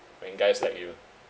when guys like you